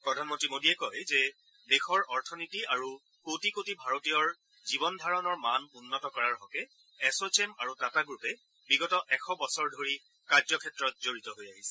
প্ৰধানমন্ত্ৰী মোদীয়ে কয় যে দেশৰ অৰ্থনীতি আৰু কোটি কোটি ভাৰতীয়ৰ জীৱন ধাৰণৰ মান উন্নত কৰাৰ হকে এছ চেম আৰু টাটা গ্ৰুপে বিগত এশ বছৰ ধৰি কাৰ্যক্ষেত্ৰত জড়িত হৈ আহিছে